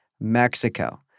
Mexico